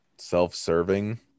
Self-serving